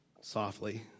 softly